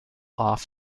off